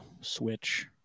switch